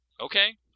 Okay